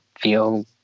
feel